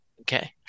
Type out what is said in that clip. Okay